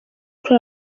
kuri